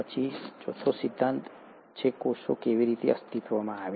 પછી ચોથો સિદ્ધાંત છે કોષો કેવી રીતે અસ્તિત્વમાં આવ્યા